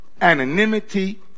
anonymity